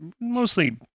mostly